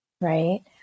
right